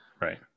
Right